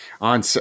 on